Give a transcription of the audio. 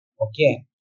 okay